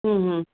ಹ್ಞೂ ಹ್ಞೂ